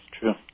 true